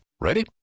Ready